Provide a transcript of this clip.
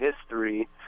history